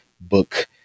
book